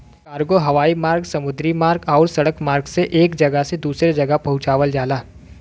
cargo हवाई मार्ग समुद्री मार्ग आउर सड़क मार्ग से एक जगह से दूसरे जगह पहुंचावल जाला